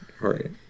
right